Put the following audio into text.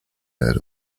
heard